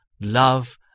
love